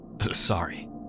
Sorry